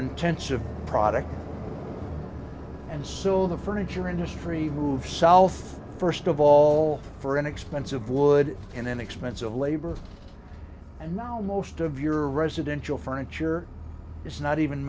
intensive product and so the furniture industry moves south first of all for inexpensive wood in inexpensive labor and now most of your residential furniture is not even